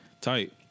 tight